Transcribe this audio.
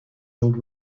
old